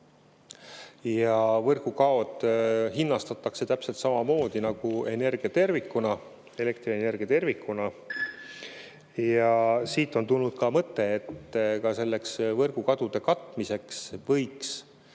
Võrgukaod hinnastatakse täpselt samamoodi nagu energia tervikuna, elektrienergia tervikuna. Siit on tulnud mõte, et ka võrgukadude katmiseks võiks